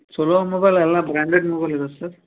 ಚಲೋ ಮೊಬೈಲ್ ಎಲ್ಲ branded mobile ಇದ್ದಾವೆ ಸರ್